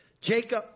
Jacob